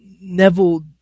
Neville